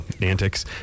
antics